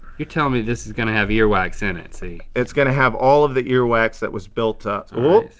you tell me this is gonna have ear wax in it see. it's gonna have all of the ear wax that was built up. oh,